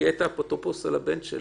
כשהיא היתה אפוטרופוס על הבן שלה,